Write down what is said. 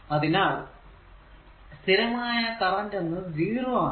അതിനാൽ സ്ഥിരമായ കറന്റ് എന്നത് 0 ആണ്